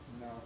No